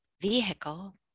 vehicle